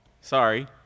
Sorry